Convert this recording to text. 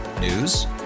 News